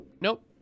Nope